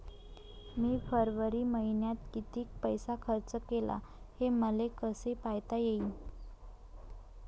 मी फरवरी मईन्यात कितीक पैसा खर्च केला, हे मले कसे पायता येईल?